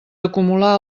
acumular